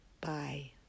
Bye